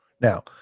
Now